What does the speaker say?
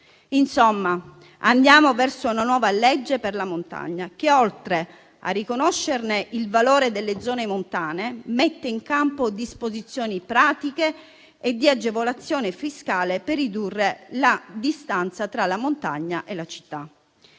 Insomma, andiamo verso una nuova legge per la montagna che, oltre a riconoscere il valore delle zone montane, mette in campo disposizioni pratiche e di agevolazione fiscale per ridurre la distanza tra la montagna e la città.